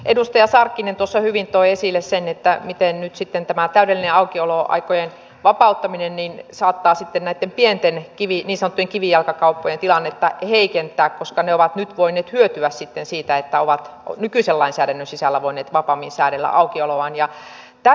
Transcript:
edustaja sarkkinen tuossa hyvin toi esille sen miten nyt sitten tämä täydellinen aukioloaikojen vapauttaminen saattaa näitten pienten niin sanottujen kivijalkakauppojen tilannetta heikentää koska ne ovat nyt voineet hyötyä siitä että ovat nykyisen lainsäädännön sisällä voineet vapaammin säädellä aukioloaan